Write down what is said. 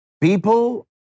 people